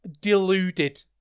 deluded